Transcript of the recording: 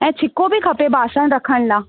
ऐं छिको बि खपे बासण रखण लाइ